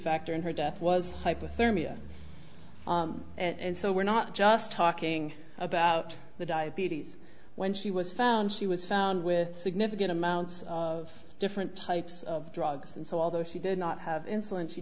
factor in her death was hypothermia and so we're not just talking about the diabetes when she was found she was found with significant amounts of different types of drugs and so although she did not have insulin she